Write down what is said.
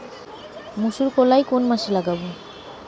মুসুর কলাই কোন মাসে লাগাব?